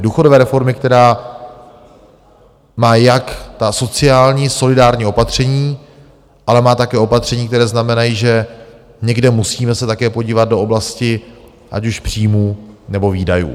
Důchodové reformy, která má jak ta sociální solidární opatření, ale má také opatření, která znamenají, že někde se musíme také podívat do oblasti ať už příjmů, nebo výdajů.